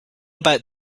about